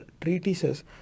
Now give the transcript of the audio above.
treatises